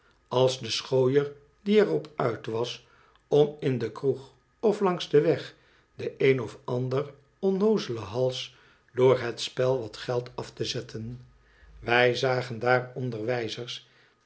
als de schooier die er op uit was om in de kroeg of langs den weg den een of ander onnoozelen hals door het spel wat geld af te zetten wij zagen daar onderwijzers